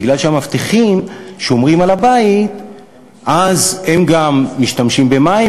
כיוון שהמאבטחים שומרים על הבית אז הם גם משתמשים במים,